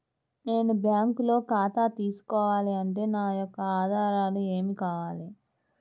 నేను బ్యాంకులో ఖాతా తీసుకోవాలి అంటే నా యొక్క ఆధారాలు ఏమి కావాలి?